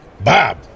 Bob